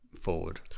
Forward